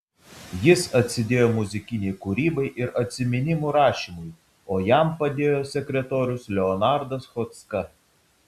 jis atsidėjo muzikinei kūrybai ir atsiminimų rašymui o jam padėjo sekretorius leonardas chodzka